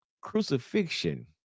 crucifixion